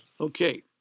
Okay